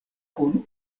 kun